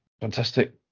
Fantastic